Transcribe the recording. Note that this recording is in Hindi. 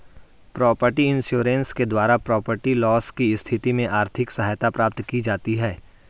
प्रॉपर्टी इंश्योरेंस के द्वारा प्रॉपर्टी लॉस की स्थिति में आर्थिक सहायता प्राप्त की जाती है